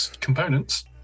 components